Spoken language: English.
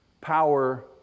power